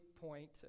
point